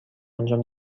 انجام